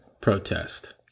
protest